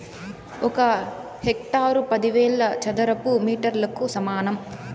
ఒక హెక్టారు పదివేల చదరపు మీటర్లకు సమానం